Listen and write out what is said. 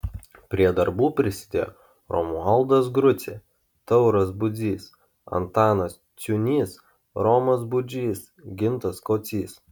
prie darbų prisidėjo romualdas grucė tauras budzys antanas ciūnys romas budžys gintas kocys